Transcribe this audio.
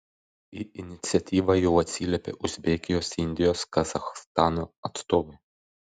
į iniciatyvą jau atsiliepė uzbekijos indijos kazachstano atstovai